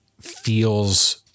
feels